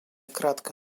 кратко